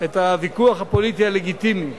את הוויכוח הפוליטי הלגיטימי